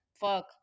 Fuck